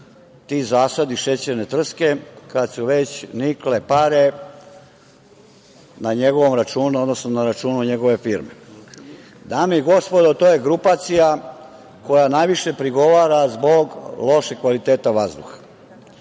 ti zasadi šećerne trske kada su već nikle pare na njegovom računu, odnosno na računu njegove firmeDame i gospodo to je grupacija koja najviše prigovara zbog lošeg kvaliteta vazduha.